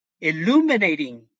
illuminating